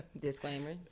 Disclaimer